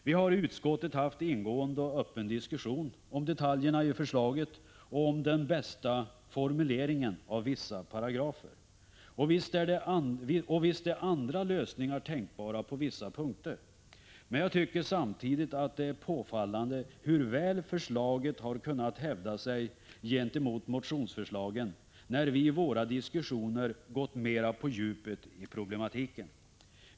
Vi har i utskottet haft en ingående och öppen diskussion om detaljerna i förslaget och om den bästa formuleringen av vissa paragrafer. Och visst är andra lösningar tänkbara på vissa punkter, men jag tycker samtidigt att det är påfallande hur väl förslaget har kunnat hävda sig gentemot motionsförslagen när vi i våra diskussioner har gått mer på djupet i problematiken.